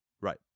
Right